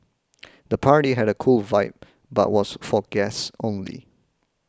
the party had a cool vibe but was for guests only